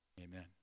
Amen